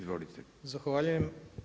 Zahvaljujem.